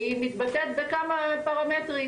והיא מתבטאת בכמה פרמטרים,